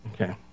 Okay